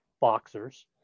boxers